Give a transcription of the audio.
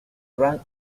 rand